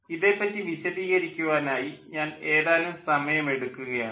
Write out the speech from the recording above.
ഇതേപ്പറ്റി വിശദീകരിക്കുവാനായി ഞാൻ ഏതാനും സമയം എടുക്കുകയാണ്